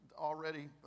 already